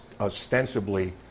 ostensibly